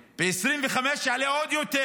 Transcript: ב-2025 יעלה עוד יותר.